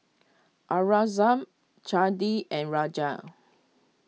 Aurangzeb Chandi and Raja